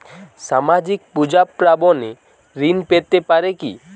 সামাজিক পূজা পার্বণে ঋণ পেতে পারে কি?